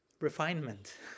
refinement